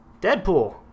Deadpool